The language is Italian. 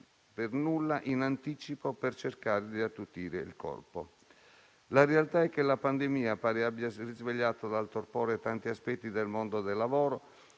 per nulla in anticipo per cercare di attutire il colpo. La realtà è che la pandemia pare abbia risvegliato dal torpore tanti aspetti del mondo del lavoro